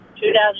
2000